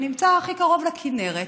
שנמצא הכי קרוב לכינרת,